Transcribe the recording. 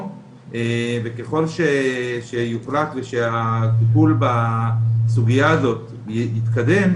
וככול שיוחלט ושהטיפול בסוגייה הזאת יתקדם,